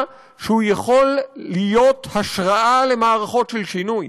שהוא יכול להיות השראה למערכות של שינוי.